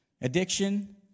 Addiction